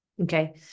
Okay